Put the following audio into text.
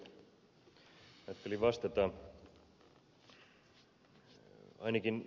ajattelin vastata ainakin osaan